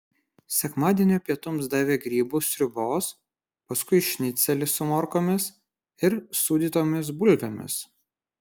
sekmadienio pietums davė grybų sriubos paskui šnicelį su morkomis ir sūdytomis bulvėmis